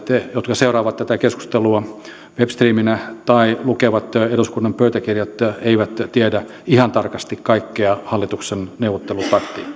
jotka seuraavat tätä keskustelua webstreamina tai lukevat eduskunnan pöytäkirjat eivät tiedä ihan tarkasti kaikkea hallituksen neuvottelutaktiikkaa